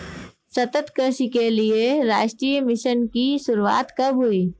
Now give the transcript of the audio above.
सतत कृषि के लिए राष्ट्रीय मिशन की शुरुआत कब हुई?